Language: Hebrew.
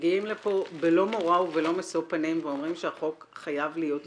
מגיעים לפה בלא מורא ובלא משוא פנים ואומרים שהחוק חייב להיות מתוקן.